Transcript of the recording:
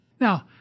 Now